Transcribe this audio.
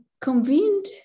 convened